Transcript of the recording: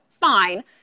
fine